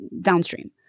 downstream